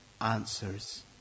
answers